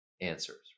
answers